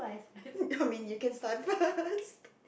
come in you can start first